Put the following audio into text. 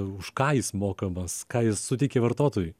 už ką jis mokamas ką jis suteikia vartotojui